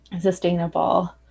sustainable